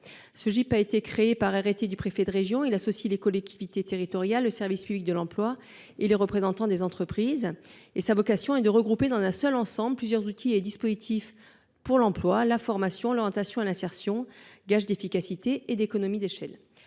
Ce GIP, institué par un arrêté du préfet de région, associe les collectivités territoriales, le service public de l’emploi et des représentants d’entreprises. Sa vocation est de regrouper dans un seul ensemble plusieurs outils et dispositifs pour l’emploi, la formation, l’orientation et l’insertion, ce qui est un gage d’efficacité et d’économies d’échelle.